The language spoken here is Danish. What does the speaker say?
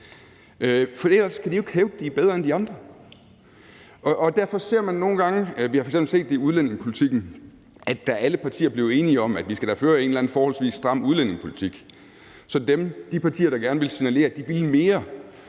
for ellers kan de jo ikke hævde, at de er bedre end de andre. Vi har f.eks. set det i udlændingepolitikken. Da alle partier blev enige om, at vi da skal føre en eller anden forholdsvis stram udlændingepolitik, så begyndte de partier, der gerne ville signalere, at de ville mere,